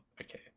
Okay